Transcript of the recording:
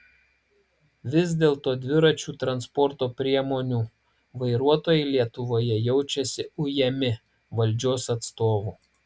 vis dėlto dviračių transporto priemonių vairuotojai lietuvoje jaučiasi ujami valdžios atstovų